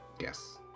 yes